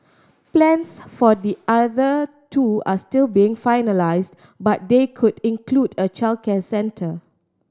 plans for the other two are still being finalised but they could include a childcare centre